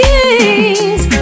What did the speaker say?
Kings